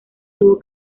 tuvo